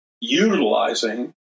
utilizing